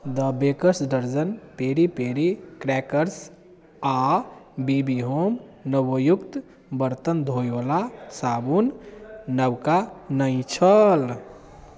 द baker's dozen peri peri crackers आ B B home नेबोयुक्त बरतन धोयवला साबुन नवका नहि छल